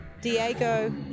diego